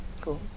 Cool